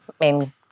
main